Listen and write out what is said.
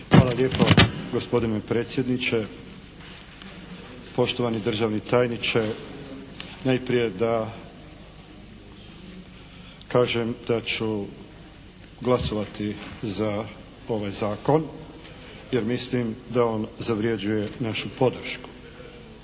Hvala lijepo gospodine predsjedniče. Poštovani državni tajniče najprije da kažem da ću glasovati za ovaj Zakon jer mislim da on zavrjeđuje našu podršku.